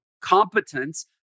competence